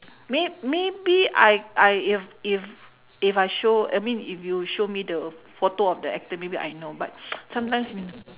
may~ maybe I I if if if I show I mean if you show me the photo of the actor I know but sometimes you know